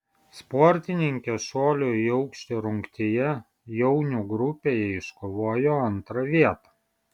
sportininkė šuolio į aukštį rungtyje jaunių grupėje iškovojo antrą vietą